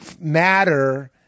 matter